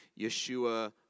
Yeshua